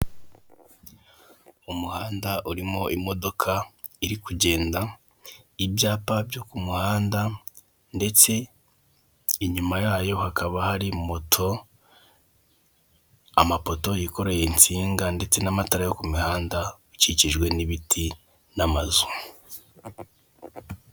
Umuhanda urimo imodoka iri kugenda, ibyapa byo ku muhanda, ndetse inyuma yayo hakaba hari moto, amapoto yikoreye insiga ndetse n'amatara yo ku muhanda ukijijwe n'ibiti n'amazu.